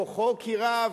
בכוחו כי רב,